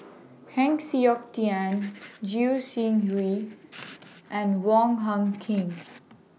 Heng Siok Tian Goi Seng Hui and Wong Hung Khim